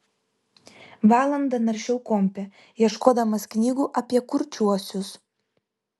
valandą naršiau kompe ieškodamas knygų apie kurčiuosius